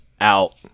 out